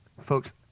Folks